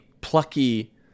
plucky